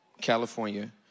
California